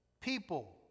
people